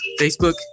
Facebook